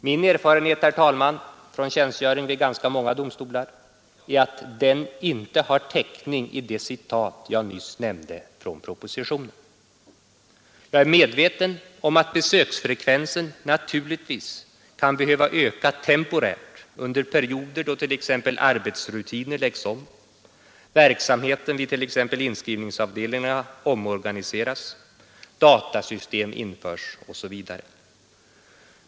Min erfarenhet, herr talman, från tjänstgöring vid ganska många domstolar är att den besöksverksamheten inte har täckning i det citat jag nyss anförde från propositionen. Jag är medveten om att besöksfrekvensen naturligtvis kan behöva öka temporärt under perioder då t.ex. arbetsrutiner läggs om, verksamheten vid t.ex. inskrivningsavdelningarna omorganiseras, datasystem införs osv.